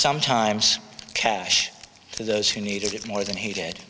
sometimes cash to those who needed it more than he did